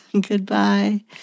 goodbye